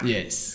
Yes